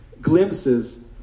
glimpses